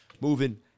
moving